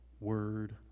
Word